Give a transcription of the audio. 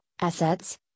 assets